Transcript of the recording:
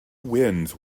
wins